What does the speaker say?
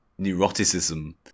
neuroticism